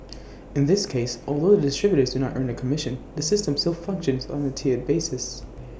in this case although the distributors do not earn A commission the system still functions on A tiered basis